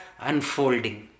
unfolding